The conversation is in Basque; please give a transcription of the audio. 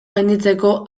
gainditzeko